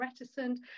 reticent